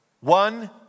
One